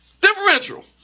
Differential